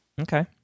Okay